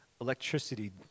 electricity